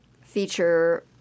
feature